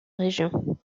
région